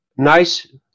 nice